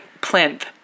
plinth